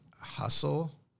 Hustle